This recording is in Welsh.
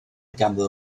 ganddo